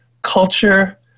culture